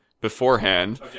Beforehand